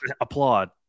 Applaud